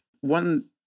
one